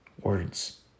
Words